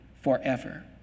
forever